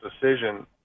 decision